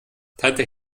tante